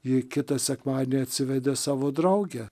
jei kitą sekmadienį atsivedė savo draugę